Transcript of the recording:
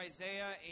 Isaiah